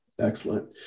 excellent